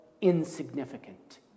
insignificant